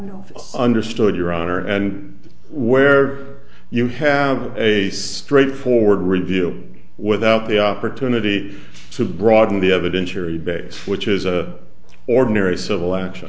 understood your honor and where you have a straightforward review without the opportunity to broaden the evidentiary base which is a ordinary civil action